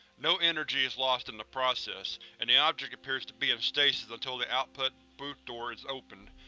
no energy is lost in the process, and the object appears to be in stasis until the output booth door is opened.